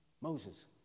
Moses